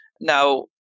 Now